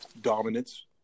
dominance